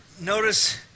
notice